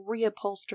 reupholster